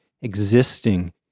existing